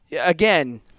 again